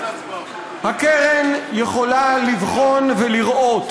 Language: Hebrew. הקרן יכולה לבחון ולראות,